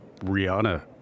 Rihanna